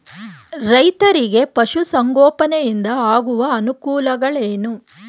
ರೈತರಿಗೆ ಪಶು ಸಂಗೋಪನೆಯಿಂದ ಆಗುವ ಅನುಕೂಲಗಳೇನು?